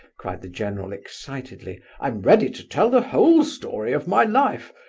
cried the general, excitedly, i'm ready to tell the whole story of my life,